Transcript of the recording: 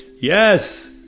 Yes